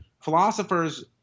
philosophers